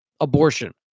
abortion